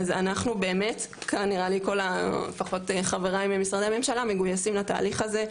אז אנחנו באמת לפחות חברי ממשרדי הממשלה מגויסים לתהליך הזה,